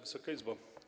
Wysoka Izbo!